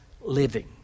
living